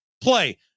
play